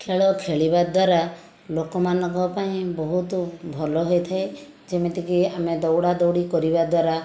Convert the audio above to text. ଖେଳ ଖେଳିବା ଦ୍ଵାରା ଲୋକମାନଙ୍କ ପାଇଁ ବହୁତ ଭଲ ହୋଇଥାଏ ଯେମିତିକି ଆମେ ଦୌଡ଼ା ଦୌଡ଼ି କରିବା ଦ୍ଵାରା